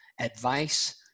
advice